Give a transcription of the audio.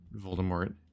voldemort